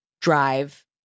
drive